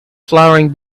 flowering